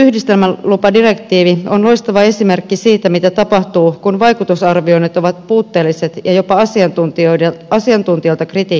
eusta tullut yhdistelmälupadirektiivi on loistava esimerkki siitä mitä tapahtuu kun vaikutusarvioinnit ovat puutteelliset ja jopa asiantuntijoilta kritiikki uupui